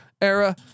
era